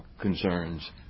concerns